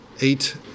eight